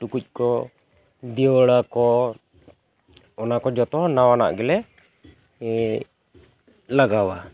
ᱴᱩᱠᱩᱡ ᱠᱚ ᱫᱤᱣᱟᱹᱲᱟ ᱠᱚ ᱚᱱᱟ ᱠᱚ ᱡᱷᱚᱛᱚ ᱱᱟᱣᱟᱱᱟᱜ ᱜᱮᱞᱮ ᱞᱟᱜᱟᱣᱟ